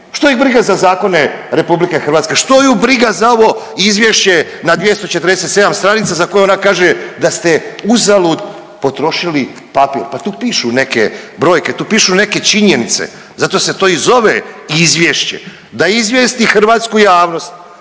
što ih briga za zakone RH, što ju briga za ovo izvješće na 247 stranica za koje ona kaže da ste uzalud potrošili papir. Pa tu pišu neke brojke, tu pišu neke činjenice, zato se to i zove izvješće, da izvijesti hrvatsku javnost